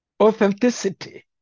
authenticity